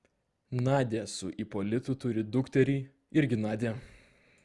nadia su ipolitu turi dukterį irgi nadią